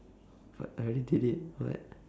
but I already did it what